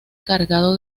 cargado